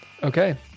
Okay